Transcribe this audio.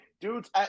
dudes